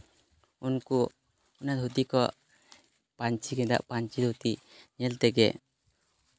ᱩᱱᱠᱩ ᱚᱱᱟ ᱫᱷᱩᱛᱤ ᱠᱚ ᱯᱟᱹᱧᱪᱤ ᱜᱮᱸᱫᱟᱜ ᱯᱟᱹᱧᱪᱤ ᱫᱷᱩᱛᱤ ᱧᱮᱞ ᱛᱮᱜᱮ